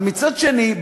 אבל מצד שני,